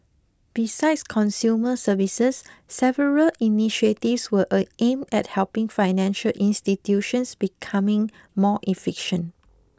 besides consumer services several initiatives were aimed at helping financial institutions becoming more efficient